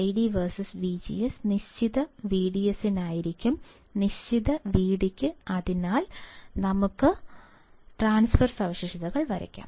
ID versus VGS നിശ്ചിത വിഡിഎസിനായിരിക്കും നിശ്ചിത VDക്ക് അതിനാൽ നമുക്ക് ട്രാൻസ്ഫർ സവിശേഷതകൾ വരയ്ക്കാം